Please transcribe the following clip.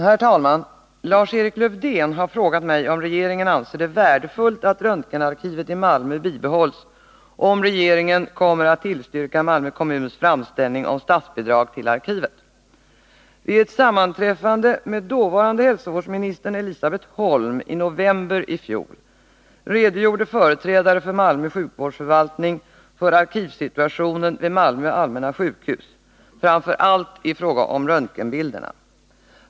Herr talman! Lars-Erik Lövdén har frågat mig om regeringen anser det värdefullt att röntgenarkivet i Malmö bibehålls och om regeringen kommer att tillstyrka Malmö kommuns framställning om statsbidrag till arkivet. Vid ett sammanträffande med dåvarande hälsovårdsministern Elisabet Holm i november i fjol redogjorde företrädare för Malmö sjukvårdsförvaltning för arkivsituationen vid Malmö allmänna sjukhus, framför allt i fråga om röntgenbilderna.